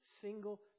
single